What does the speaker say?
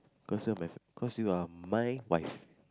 cause you're cause you are my wife